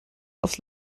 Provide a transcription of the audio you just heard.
aufs